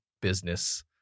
business